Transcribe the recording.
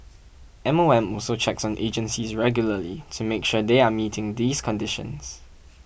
M O M also checks on agencies regularly to make sure they are meeting these conditions